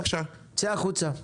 צמרת, נא לצאת שניכם.